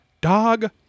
Dog